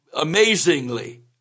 amazingly